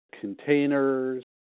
containers